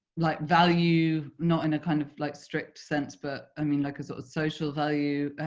like value, not in a kind of like strict sense but i mean like a so social value,